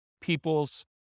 people's